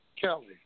Kelly